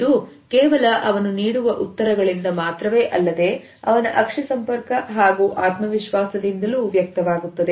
ಇದು ಕೇವಲ ಅವನು ನೀಡುವ ಉತ್ತರಗಳಿಂದ ಮಾತ್ರವೇ ಅಲ್ಲದೆ ಅವನ ಅಕ್ಷಿ ಸಂಪರ್ಕ ಹಾಗೂ ಆತ್ಮವಿಶ್ವಾಸದಿಂದಲೂ ವ್ಯಕ್ತವಾಗುತ್ತದೆ